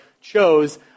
chose